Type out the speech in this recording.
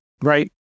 right